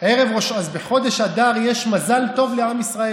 אז בחודש אדר יש מזל טוב לעם ישראל.